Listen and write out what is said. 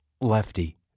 Lefty